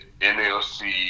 NLC